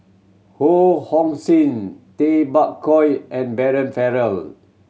Ho Hong Sing Tay Bak Koi and Brian Farrell